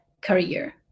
career